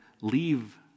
leave